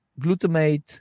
glutamate